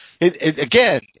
again